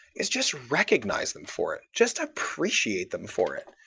is just recognize them for it. just appreciate them for it.